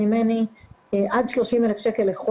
רשות עצמאית מתוקצבת היטב שמתכללת ומבינה את הדרמה שיש